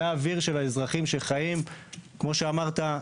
זה האוויר של האזרחים שחיים כמו שאמרת,